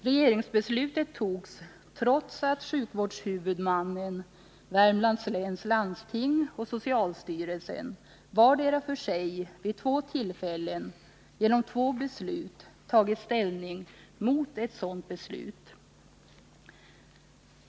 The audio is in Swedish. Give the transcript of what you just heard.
Regeringsbeslutet fattades trots att sjukvårdshuvudmannen, Värmlands läns landsting, och socialstyrelsen, vardera för sig och vid två tillfällen — genom två beslut — tagit ställning mot ett sådant beslut.